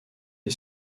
est